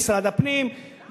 משרד הפנים,